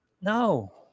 No